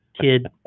kid